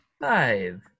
five